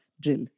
drill